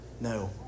No